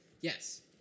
Yes